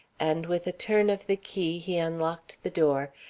and with a turn of the key, he unlocked the door,